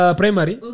primary